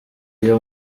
iyo